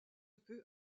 peu